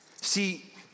See